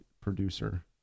producer